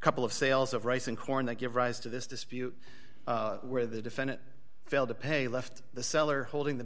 couple of sales of rice and corn that give rise to this dispute where the defendant failed to pay left the seller holding the